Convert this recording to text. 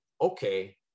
okay